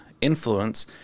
influence